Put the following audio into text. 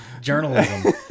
journalism